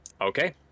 Okay